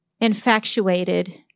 infatuated